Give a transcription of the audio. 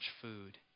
food